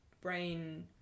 brain